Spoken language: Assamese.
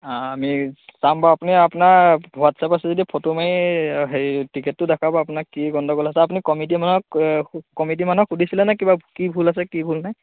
আমি চাম বাৰু আপুনি আপোনাৰ হোৱাটছআপ আছে যদি ফটো মাৰি হেৰি টিকেটটো দেখাব আপোনাৰ কি গণ্ডগোল হৈছে আপুনি কমিটি মানুহক কমিটি মানুহক সুধিছিলেনে কি ভূল আছে কি ভূল নাই